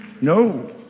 No